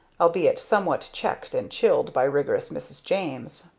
albeit somewhat checked and chilled by rigorous mrs. james.